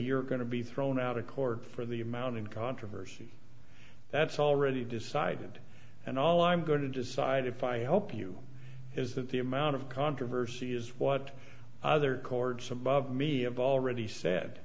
you're going to be thrown out of court for the amount of controversy that's already decided and all i'm going to decide if i hope you is that the amount of controversy is what other courts above me of already said